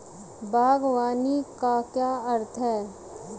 बागवानी का क्या अर्थ है?